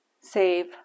save